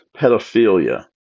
pedophilia